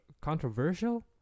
Controversial